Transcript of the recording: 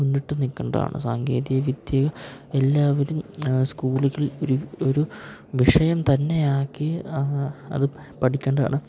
മുന്നിട്ട് നിൽക്കേണ്ടതാണ് സാങ്കേതികവിദ്യകൾ എല്ലാവരും സ്കൂളുകളിൽ ഒരു ഒരു വിഷയം തന്നെയാക്കി അത് പഠിക്കേണ്ടാണ്